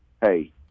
hey